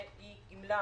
שהיא גמלה